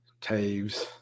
Taves